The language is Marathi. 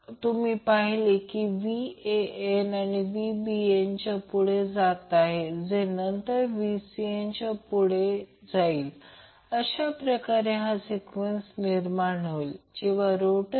तर हा करंट आहे हा करंट आहे हे व्होल्टेज आहे जे मला माफ करा हे इम्पेडन्स आहे जे 2 0 Ω आहे